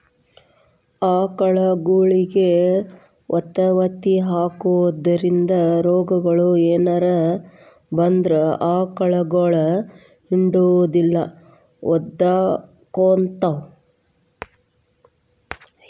ಆಕಳಗೊಳಿಗೆ ವತವತಿ ಹಾಕೋದ್ರಿಂದ ರೋಗಗಳು ಏನರ ಬಂದ್ರ ಆಕಳಗೊಳ ಹಿಂಡುದಿಲ್ಲ ಒದಕೊತಾವ